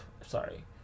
sorry